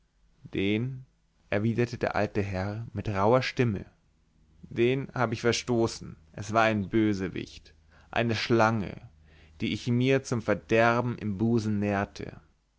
den erwiderte der alte herr mit rauher stimme den habe ich verstoßen es war ein bösewicht eine schlange die ich mir zum verderben im busen nährte